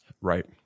Right